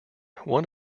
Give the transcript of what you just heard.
one